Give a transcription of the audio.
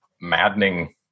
maddening